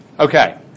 Okay